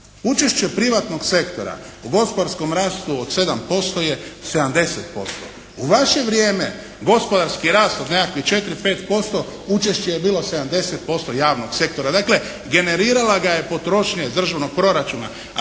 učešće privatnog sektora u gospodarskom rastu od 7% je 70%. U vaše vrijeme gospodarski rast od nekakvih 4, 5% učešće je bilo 70% javnog sektora. Dakle, generirala ga je potrošnja iz državnog proračuna,